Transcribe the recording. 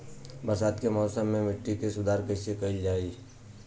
बरसात के मौसम में मिट्टी के सुधार कइसे कइल जाई?